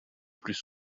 plus